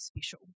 special